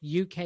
UK